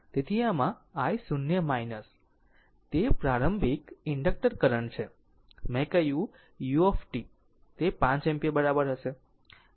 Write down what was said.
તેથી આમાં i0 તે પ્રારંભિક ઇન્ડક્ટર કરંટ છે મેં કહ્યું u તે 5 એમ્પીયર બરાબર હશે